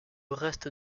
reste